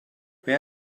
where